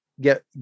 get